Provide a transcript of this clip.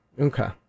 Okay